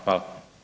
Hvala.